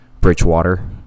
Bridgewater